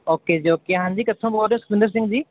okay ਜੀ okay ਹਾਂਜੀ ਕਿੱਥੋਂ ਬੋਲ ਰਹੇ ਸੁਖਵਿੰਦਰ ਸਿੰਘ ਜੀ